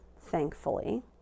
thankfully